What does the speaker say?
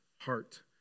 heart